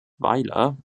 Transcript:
weiler